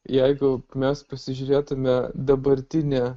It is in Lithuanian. jeigu mes pasižiūrėtume dabartinę